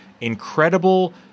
incredible